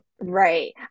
Right